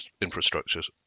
infrastructures